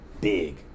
Big